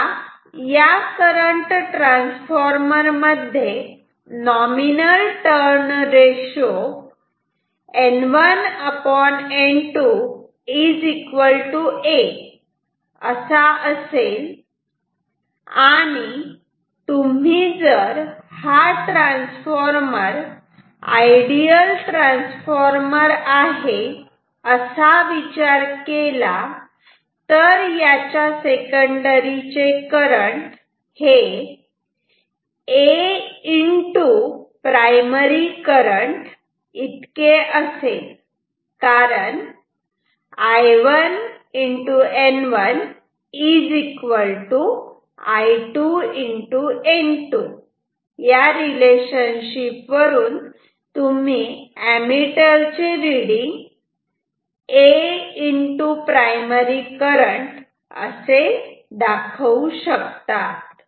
समजा या current transformer मध्ये nominal turn ratio N1 N2 a असा असेल आणि तुम्ही जर हा ट्रान्सफॉर्मर आयडियल ट्रान्सफॉर्मर आहे असा विचार केला तर याच्या सेकंडरी चे करंट हे a प्रायमरी करंट इतके असेल कारण I1N1 I2N2 या रिलेशनशिप वरून तुम्ही ऍमिटर चे रीडिंग a प्रायमरी करंट असे दाखवू शकतात